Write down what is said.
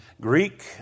Greek